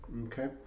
Okay